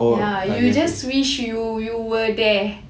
ya you just wish you you were there